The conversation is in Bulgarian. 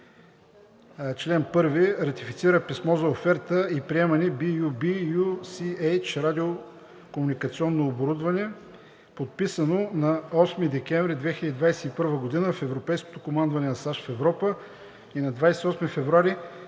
Член 1. Ратифицира писмо за оферта и приемане BU-B-UCH Радио-комуникационно оборудване. Подписано на 8 декември 2021 г. в европейското командване на САЩ в Европа и на 28 февруари